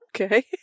Okay